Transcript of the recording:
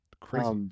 crazy